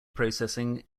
processing